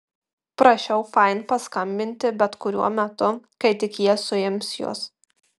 prašiau fain paskambinti bet kuriuo metu kai tik jie suims juos